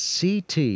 CT